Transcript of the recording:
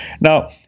Now